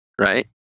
right